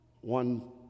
one